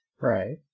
Right